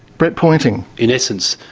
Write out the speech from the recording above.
brett pointing in essence,